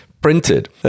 printed